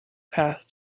path